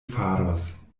faros